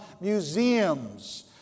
museums